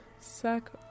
Suck